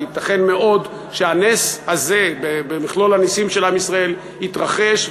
כי ייתכן מאוד שהנס הזה במכלול הנסים של עם ישראל יתרחש,